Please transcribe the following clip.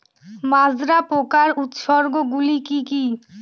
মাজরা পোকার উপসর্গগুলি কি কি?